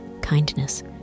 kindness